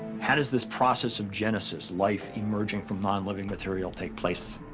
how does this process of genesis, life emerging from non-living material, take place?